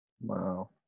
Wow